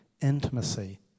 intimacy